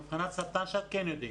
לא, מבחינת סרטן שד כן יודעים.